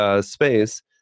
space